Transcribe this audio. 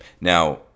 Now